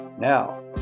Now